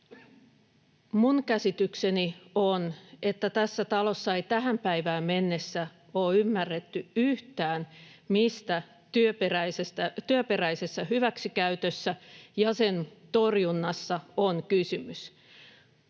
minun käsitykseni on, että tässä talossa ei tähän päivään mennessä ole ymmärretty yhtään, mistä työperäisessä hyväksikäytössä ja sen torjunnassa on kysymys.